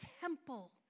temple